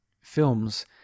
films